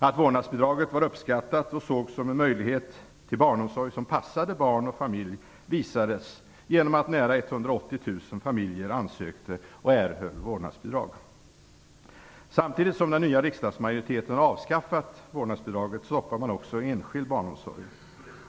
Att vårdnadsbidraget var uppskattat och sågs som en möjlighet till barnomsorg som passade barn och familj visades genom att nära 180 000 familjer ansökte om och erhöll vårdnadsbidrag. Samtidigt som den nya riksdagsmajoriteten avskaffat vårdnadsbidraget stoppar man också enskild barnomsorg.